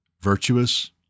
virtuous